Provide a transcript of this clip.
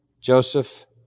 Joseph